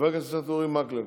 חבר הכנסת אורי מקלב,